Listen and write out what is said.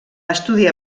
estudiar